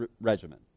regimen